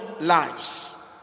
lives